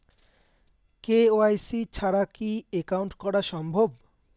KYC ছাড়া কি account করা সম্ভব?